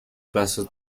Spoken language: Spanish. vasos